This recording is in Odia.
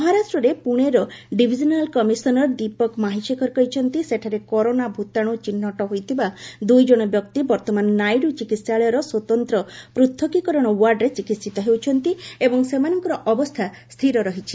ମହାରାଷ୍ଟ୍ରରେ ପୁଣେର ଡିଭିଜନାଲ୍ କମିଶନର୍ ଦୀପକ ମାହିଶେଖର କହିଛନ୍ତି ସେଠାରେ କରୋନା ଭୂତାଣୁ ଚିହ୍ନଟ ହୋଇଥିବା ଦୁଇ ଜଣ ବ୍ୟକ୍ତି ବର୍ତ୍ତମାନ ନାଇଡୁ ଚିକିହାଳୟର ସ୍ୱତନ୍ତ ପୂଥକୀକରଣ ଓ୍ୱାର୍ଡ଼ରେ ଚିକିହିତ ହେଉଛନ୍ତି ଏବଂ ସେମାନଙ୍କର ଅବସ୍ଥା ସ୍ଥିର ରହିଛି